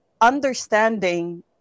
understanding